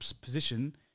position